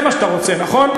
נכון?